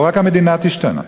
לא רק המדינה תשתנה,